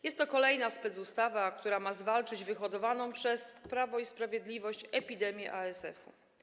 Jest to kolejna specustawa, która ma pomóc zwalczyć wyhodowaną przez Prawo i Sprawiedliwość epidemię ASF.